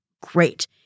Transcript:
great